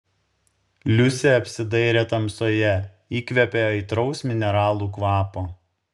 liusė apsidairė tamsoje įkvėpė aitraus mineralų kvapo